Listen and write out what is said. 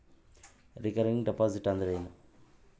Recurring deposit ಅಂದರೇನು?